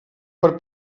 per